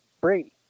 Brady